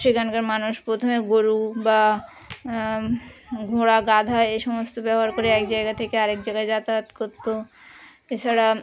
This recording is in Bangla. সেখানকার মানুষ প্রথমে গোরু বা ঘোড়া গাধা এ সমস্ত ব্যবহার করে এক জায়গা থেকে আরেক জায়গায় যাতায়াত করতো এছাড়া